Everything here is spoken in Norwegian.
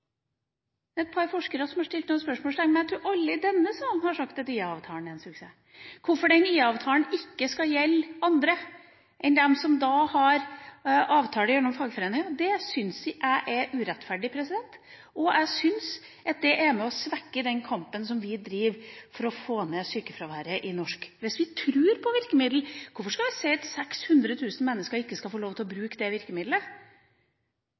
et par forskere som har satt noen spørsmålstegn ved den, men jeg tror alle i denne salen har sagt at IA-avtalen er en suksess. At IA-avtalen ikke skal gjelde andre enn dem som har avtale gjennom fagforeningene, syns jeg er urettferdig, og jeg syns det er med på å svekke kampen vi driver for å få ned sykefraværet i norsk arbeidsliv. Hvis vi tror på virkemiddelet, hvorfor skal vi si at 600 000 mennesker ikke skal få lov til å